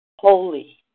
holy